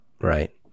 Right